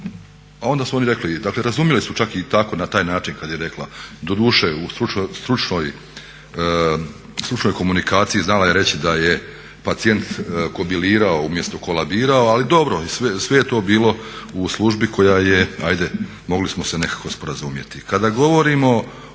A onda su oni rekli dakle razumjeli su čak i tako na taj način kada je rekla doduše u stručnoj komunikaciji znala je reći da je pacijent kobilirao umjesto kolabirao ali dobro, sve je to bilo u službi koja je ajde mogli smo se nekako sporazumjeti.